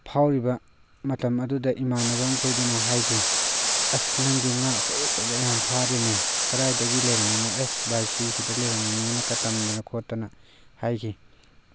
ꯐꯥꯎꯔꯤꯕ ꯃꯇꯝ ꯑꯗꯨꯗ ꯏꯃꯥꯟꯅꯕ ꯃꯈꯣꯏꯗꯨꯅ ꯍꯥꯏꯈꯤ ꯑꯁ ꯅꯪꯗꯤ ꯉꯥ ꯑꯆꯧ ꯑꯆꯧꯕ ꯌꯥꯝ ꯐꯥꯔꯦꯅꯦ ꯀꯗꯥꯏꯗꯒꯤ ꯂꯩꯔꯝꯃꯤꯅꯣ ꯑꯦꯁ ꯚꯥꯏ ꯁꯤ ꯁꯤꯗ ꯂꯩꯔꯝꯃꯤꯅꯦꯀ ꯇꯝꯗꯅ ꯈꯣꯠꯇꯅ ꯍꯥꯏꯈꯤ